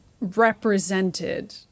represented